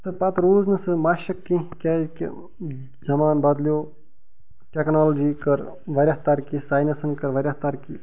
تہٕ پتہٕ روٗز نہٕ سۅ مَشق کیٚنٚہہ کیٛازِ کہِ زمانہٕ بدٕلیٛو ٹیکنالجی کٔر واریاہ ترقی ساینَسن کٔر واریاہ ترقی